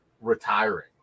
retiring